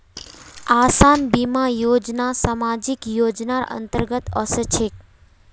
आसान बीमा योजना सामाजिक योजनार अंतर्गत ओसे छेक